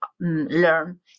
learn